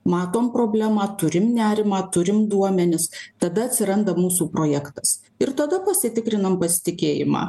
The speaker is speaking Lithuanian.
matom problemą turim nerimą turim duomenis tada atsiranda mūsų projektas ir tada pasitikrinam pasitikėjimą